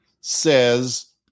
says